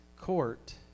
court